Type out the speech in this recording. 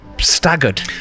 staggered